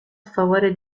favore